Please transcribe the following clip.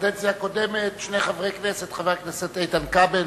בקדנציה הקודמת שני חברי כנסת, חבר הכנסת איתן כבל